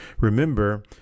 remember